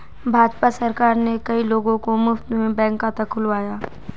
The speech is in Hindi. भाजपा सरकार ने कई लोगों का मुफ्त में बैंक खाता खुलवाया